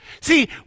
See